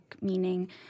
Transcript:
meaning